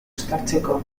uztartzeko